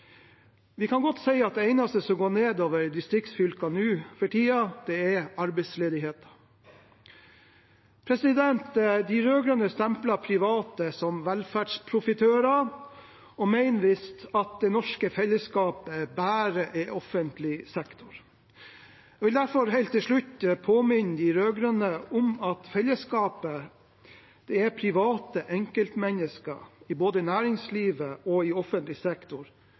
Vi kan godt si at det eneste som går nedover i distriktsfylkene nå for tiden, er arbeidsledigheten. De rød-grønne stempler private som velferdsprofitører og mener visst at det norske fellesskapet bare er offentlig sektor. Jeg vil derfor helt til slutt påminne de rød-grønne om at fellesskapet er private enkeltmennesker i både næringsliv og offentlig sektor